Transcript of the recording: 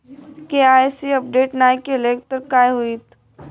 KYC update नाय केलय तर काय होईत?